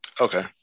Okay